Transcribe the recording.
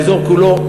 באזור כולו,